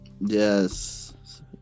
Yes